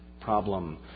problem